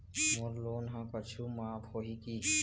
मोर loan हा कुछू माफ होही की?